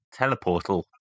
teleportal